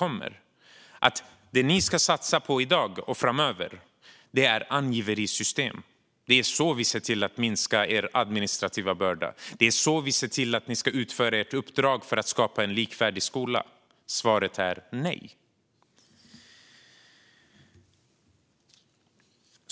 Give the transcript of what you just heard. Vad de ska satsa på i dag och framöver är angiverisystem, och det är så deras administrativa börda ska minska. Det är så de ska utföra sitt uppdrag för att skapa en likvärdig skola. Svaret är nej.